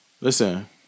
listen